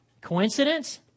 Coincidence